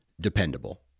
dependable